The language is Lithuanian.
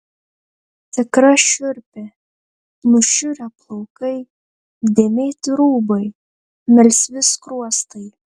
tikra šiurpė nušiurę plaukai dėmėti rūbai melsvi skruostai